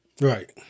right